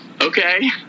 okay